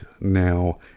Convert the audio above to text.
now